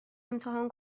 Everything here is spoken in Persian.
امتحان